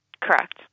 Correct